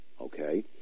okay